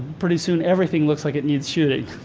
pretty soon everything looks like it needs shooting.